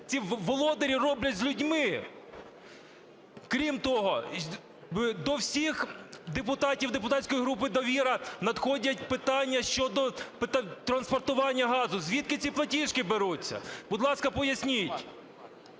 володарі роблять з людьми. Крім того, до всіх депутатів депутатської групи "Довіра" надходять питання щодо транспортування газу. Звідки ці платіжки беруться, будь ласка, поясніть?